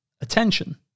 attention